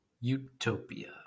Utopia